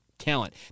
talent